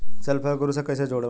Self help group से कइसे जुड़म?